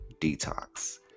detox